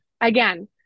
again